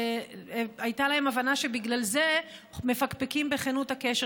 והייתה להם הבנה שבגלל זה מפקפקים בכנות הקשר